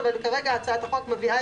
אם אנחנו רוצים להעביר את הצעת החוק היום,